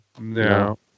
No